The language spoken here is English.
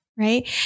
Right